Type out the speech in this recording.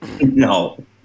No